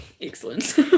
excellence